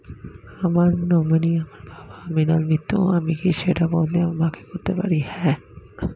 আমার নমিনি আমার বাবা, মৃণাল মিত্র, আমি কি সেটা বদলে আমার মা কে করতে পারি?